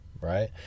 right